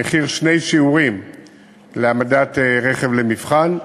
מחיר שני שיעורים להעמדת רכב למבחן.